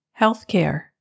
Healthcare